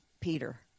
Peter